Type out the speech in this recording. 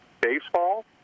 Baseball